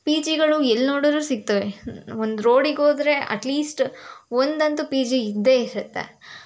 P ಜಿಗಳು ಎಲ್ಲಿ ನೋಡಿದ್ರು ಸಿಕ್ತವೆ ಒಂದು ರೋಡಿಗೋದರೆ ಅಟ್ ಲೀಸ್ಟ್ ಒಂದಂತೂ ಪಿ ಜಿ ಇದ್ದೇ ಇರುತ್ತೆ